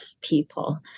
people